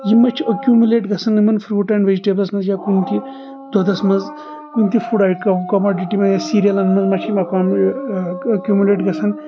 یِمٕے چھِ ایٚکیوٗملیٹ گژھان یِمن فروٗٹن ویٚجٹیبلس منٛز یا کُنہِ تہِ دۄدس منٛز کُنہِ تہِ فوٚڑ آیٹم کموڈٹی منٛز یا سیٖریلن منٛز ما چھِ اکامہ ایٚکیوٗملیٹ گژھان